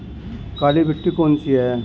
काली मिट्टी कौन सी है?